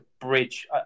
bridge